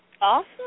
Awesome